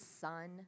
son